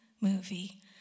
movie